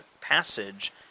passage